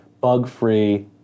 bug-free